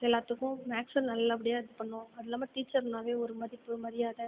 எல்லாத்துக்கும் மேக்ஸில் நல்லபடியாக இது பண்ணும் அது இல்லாமல் டீச்சர்ன்னாவே ஒரு மதிப்பு மரியாதை